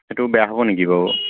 সেইটো বেয়া হ'ব নেকি বাৰু